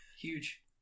huge